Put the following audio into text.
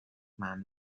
man